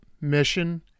mission